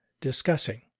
discussing